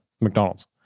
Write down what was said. McDonald's